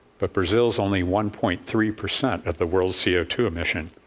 but brazil's only one point three percent of the world's c o two emission.